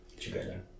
together